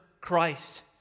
Christ